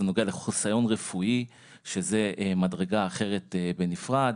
זה נוגע לחיסיון רפואי שזו מדרגה אחרת בנפרד,